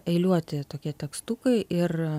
eiliuoti tokie tekstukai ir